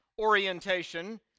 orientation